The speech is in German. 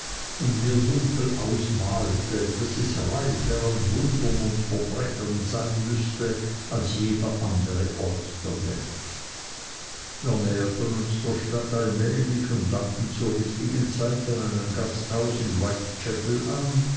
und mir dunkel ausmalte daß es reicher an wundern und verbrechen sein müßte als jeder andere ort der welt wir näherten uns der stadt allmählich und langten zur richtigen zeit an einem gasthaus in whitechapel an